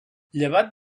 llevat